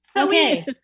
Okay